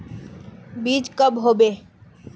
बीज कब होबे?